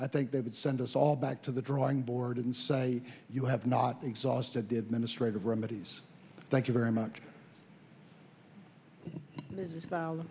i think they would send us all back to the drawing board and say you have not exhausted the administrative remedies thank you very much